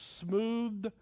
smooth